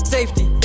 Safety